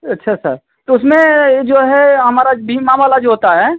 अच्छा सर तो उसमें ये जो है हमारा बीमा वाला जो होता है